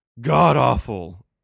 god-awful